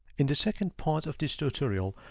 in the second part of this tutorial,